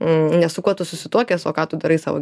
ne su kuo tu susituokęs o ką tu darai savo